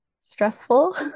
stressful